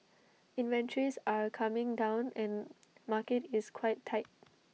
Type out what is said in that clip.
inventories are coming down and market is quite tight